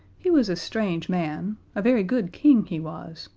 he was a strange man a very good king he was,